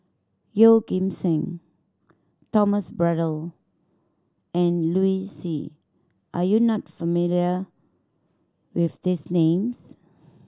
Yeoh Ghim Seng Thomas Braddell and Liu Si are you not familiar with these names